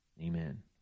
amen